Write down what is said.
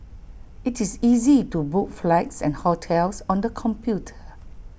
IT is easy to book flights and hotels on the computer